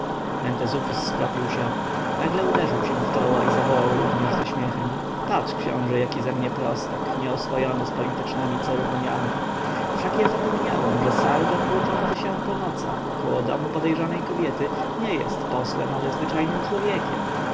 mentezufis stropił się nagle uderzył się w czoło i zawołał również ze śmiechem patrz książę jaki ze mnie prostak nieoswojony z politycznemi ceremonjami wszakże ja zapomniałem że sargon włóczący się po nocach około domu podejrzanej kobiety nie jest posłem ale zwyczajnym człowiekiem